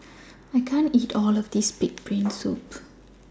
I can't eat All of This Pig'S Brain Soup